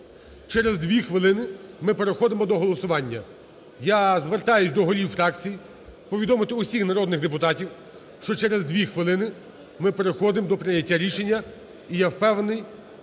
Через 2 хвилини ми переходимо до голосування. Я звертаюсь до голів фракцій повідомити усіх народних депутатів, що через 2 хвилини ми переходимо до прийняття рішення. І я впевнений,